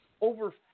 over